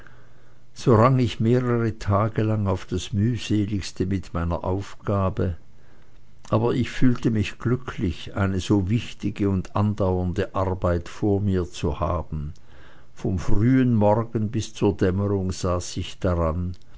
so rang ich mehrere tage lang auf das mühseligste mit meiner aufgabe aber ich fühlte mich glücklich eine so wichtige und andauernde arbeit vor mir zu haben vom frühen morgen bis zur dämmerung saß ich daran